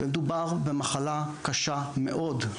מדובר במחלה קשה מאוד.